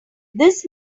this